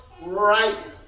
right